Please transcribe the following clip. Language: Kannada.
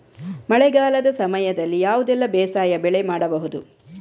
ಮಳೆಗಾಲದ ಸಮಯದಲ್ಲಿ ಯಾವುದೆಲ್ಲ ಬೇಸಾಯ ಬೆಳೆ ಮಾಡಬಹುದು?